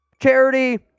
Charity